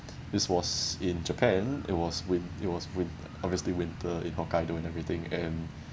this was in japan it was win~ it was win~ obviously winter in hokkaido and everything and